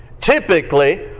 Typically